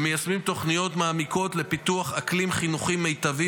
ומיישמים תוכניות מעמיקות לפיתוח אקלים חינוכי מיטבי